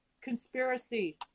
conspiracy